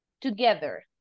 together